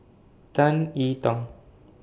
Tan E Tong